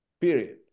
period